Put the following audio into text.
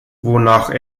wonach